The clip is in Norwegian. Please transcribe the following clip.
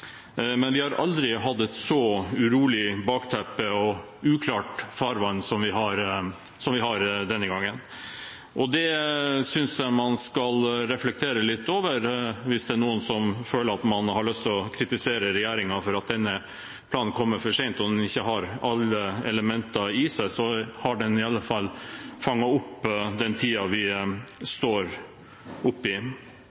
men vi har aldri hatt et så urolig bakteppe og uklart farvann som vi har denne gangen. Det synes jeg man skal reflektere litt over, hvis det er noen som føler at de har lyst til å kritisere regjeringen for at denne planen kommer for sent, og at den ikke har alle elementer i seg. Den har i alle fall fanget opp den tiden vi